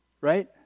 right